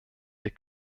der